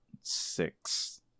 six